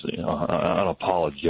unapologetic